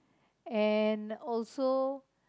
and also